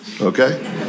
okay